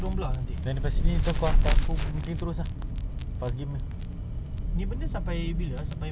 ya lah four thirty biar aku terus nak rush pergi City Gas dekat tampines